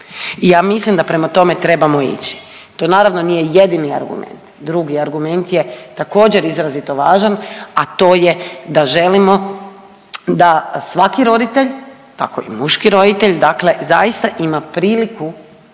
ja mislim da prema tome trebamo ići. To naravno nije jedini argument. Drugi argument je također izrazito važan, a to je da želimo da svaki roditelj tako i muški roditelj dakle zaista ima priliku